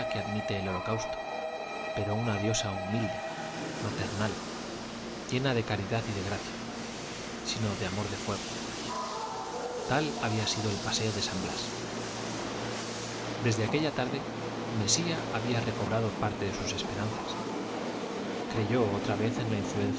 admite el holocausto pero una diosa humilde maternal llena de caridad y de gracia sino de amor de fuego tal había sido el paseo de san blas desde aquella tarde mesía había recobrado parte de sus esperanzas creyó otra vez en la influencia